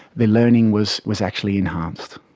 the learning was was actually enhanced.